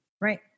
Right